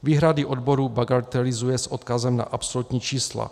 Výhrady odborů bagatelizuje s odkazem na absolutní čísla.